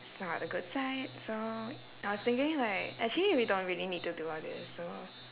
it's not the good sides so I was thinking like actually we don't really need to do all this so